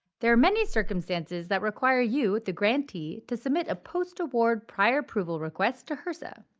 there are many circumstances that require you, the grantee to submit a post award prior approval request to hrsa.